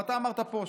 וגם אתה אמרת פה,